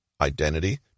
identity